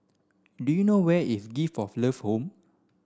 do you know where is Gift of Love Home